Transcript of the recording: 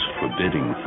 forbidding